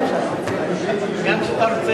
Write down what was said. גברתי